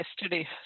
yesterday